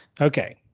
Okay